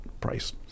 price